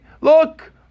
Look